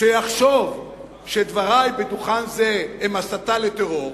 שיחשוב שדברי על דוכן זה הם הסתה לטרור